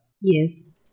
Yes